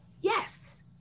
Yes